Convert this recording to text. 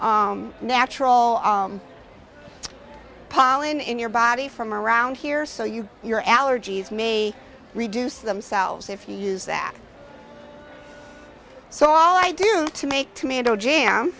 natural pollen in your body from around here so you your allergies may reduce themselves if you use that so all i do to make tomato